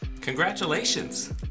Congratulations